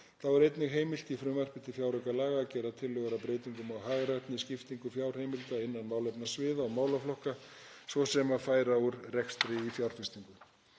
Þá er einnig heimilt í frumvarpi til fjáraukalaga að gera tillögur að breytingum á hagrænni skiptingu fjárheimilda innan málefnasviða og málaflokka, svo sem að færa úr rekstri í fjárfestingu.